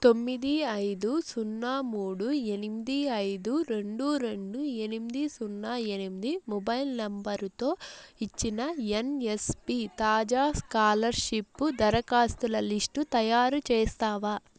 తొమ్మిది ఐదు సున్నా మూడు ఎనిమిది ఐదు రెండు రెండు ఎనిమిది సున్నా ఎనిమిది మొబైల్ నంబరుతో ఇచ్చిన ఎన్ఎస్పి తాజా స్కాలర్షిప్పు దరఖాస్తుల లిస్టు తయారు చేస్తావా